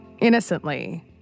innocently